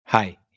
Hi